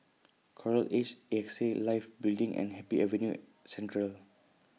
Coral Edge A X A Life Building and Happy Avenue Central